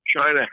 China